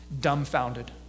dumbfounded